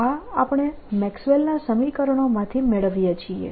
આ આપણે મેક્સવેલના સમીકરણોમાંથી મેળવીએ છીએ